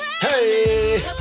Hey